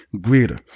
greater